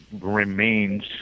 remains